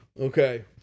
Okay